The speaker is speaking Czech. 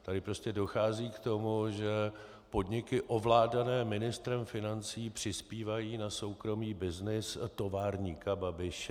Tady prostě dochází k tomu, že podniky ovládané ministrem financí přispívají na soukromý byznys továrníka Babiše.